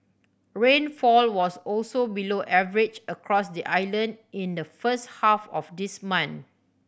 rainfall was also below average across the island in the first half of this month